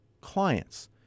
clients